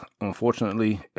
Unfortunately